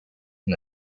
and